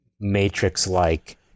matrix-like